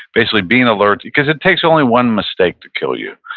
basically being alert, because it takes only one mistake to kill you.